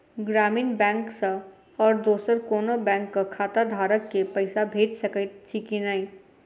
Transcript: ग्रामीण बैंक सँ आओर दोसर कोनो बैंकक खाताधारक केँ पैसा भेजि सकैत छी की नै?